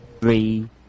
three